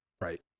Right